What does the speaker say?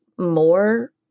more